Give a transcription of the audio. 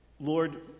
Lord